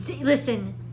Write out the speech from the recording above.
Listen